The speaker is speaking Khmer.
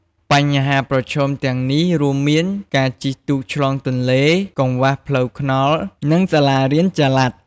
បញ្ហាប្រឈមទាំងនេះរួមមាន ការជិះទូកឆ្លងទន្លេ កង្វះផ្លូវថ្នល់ និងសាលារៀនចល័ត។